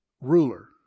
ruler